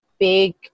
big